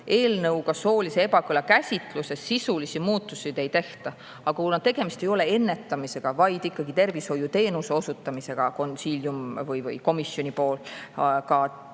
Eelnõuga soolise ebakõla käsitluses sisulisi muutusi ei tehta, aga kuna tegemist ei ole ennetamisega, vaid ikkagi tervishoiuteenuse osutamisega konsiiliumi või komisjoni poolt, arstid